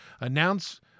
announce